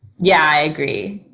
yeah, i agree.